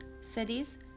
Cities